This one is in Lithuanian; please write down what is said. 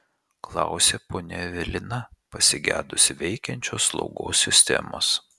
klausė ponia evelina pasigedusi veikiančios slaugos sistemos